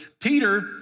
Peter